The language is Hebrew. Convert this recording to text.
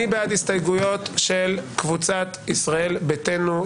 מי בעד ההסתייגויות של קבוצת ישראל ביתנו,